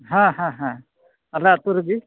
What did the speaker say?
ᱦᱮᱸ ᱦᱮᱸ ᱦᱮᱸ ᱟᱞᱮ ᱟᱛᱳ ᱨᱮᱜᱤ